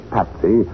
Patsy